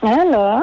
Hello